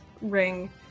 ring